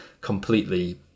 completely